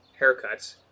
haircuts